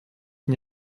une